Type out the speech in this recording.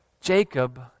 jacob